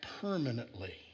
permanently